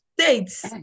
States